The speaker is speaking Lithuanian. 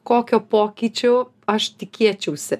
kokio pokyčio aš tikėčiausi